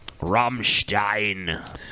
Rammstein